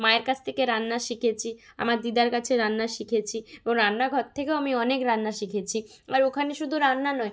মায়ের কাছ থেকে রান্না শিখেছি আমার দিদার কাছে রান্না শিখেছি এবং রান্নাঘর থেকেও আমি অনেক রান্না শিখেছি আর ওখানে শুধু রান্না নয়